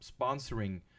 sponsoring